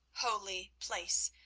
holy place,